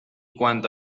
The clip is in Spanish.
cuanto